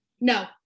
No